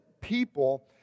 people